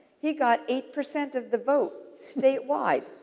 he got eight percent of the vote state wide.